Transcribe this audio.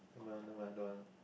never mind never mind don't want ah